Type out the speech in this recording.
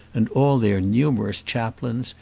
and all their numerous chaplains,